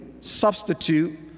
substitute